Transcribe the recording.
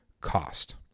cost